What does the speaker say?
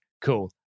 cool